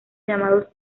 llamados